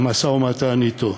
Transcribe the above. המשא-ומתן אתו,